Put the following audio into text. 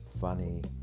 funny